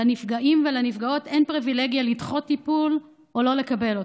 לנפגעים ולנפגעות אין פריבילגיה לדחות טיפול או לא לקבל אותו,